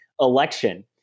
election